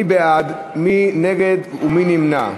מי בעד, מי נגד ומי נמנע?